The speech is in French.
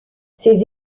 ces